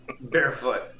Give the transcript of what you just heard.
Barefoot